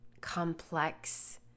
complex